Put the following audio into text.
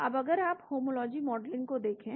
अब अगर आप होमोलॉजी मॉडलिंग को देखें